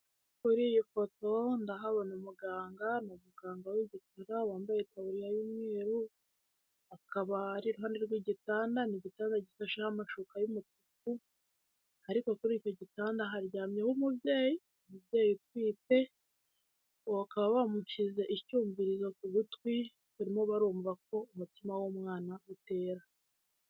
Umuganga w'igikara wambaye itaburiya y'umweru n'igitanda kiriho amashuka y'umutuku ariko kuri icyo gitanda haryamyeho umugore utwite. Muganga akaba yashyize icyumvirizo ku gutwi kugirango yumve ko umutima w'umwana utera neza .